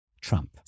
Trump